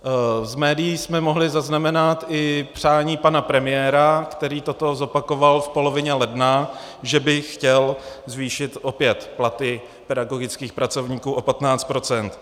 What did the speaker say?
Z médií jsme mohli zaznamenat i přání pana premiéra, který toto zopakoval v polovině ledna, že by chtěl zvýšit opět platy pedagogických pracovníků o 15 %.